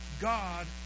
God